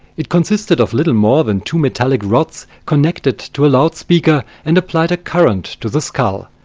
it consisted of little more than two metallic rods connected to a loudspeaker and applied a current to the skull.